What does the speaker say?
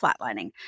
flatlining